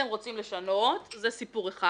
אתם רוצים לשנות, זה סיפור אחד.